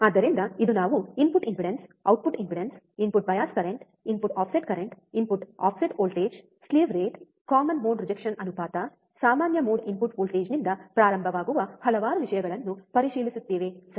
ಆದ್ದರಿಂದ ಇಂದು ನಾವು input impedance output impedance input bias current input offset current input offset voltage slew rate common mode rejection ಅನುಪಾತ ಸಾಮಾನ್ಯ mode input ವೋಲ್ಟೇಜ್ನಿಂದ ಪ್ರಾರಂಭವಾಗುವ ಹಲವಾರು ವಿಷಯಗಳನ್ನು ಪರಿಶೀಲಿಸುತ್ತೇವೆ ಸರಿ